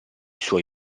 suoi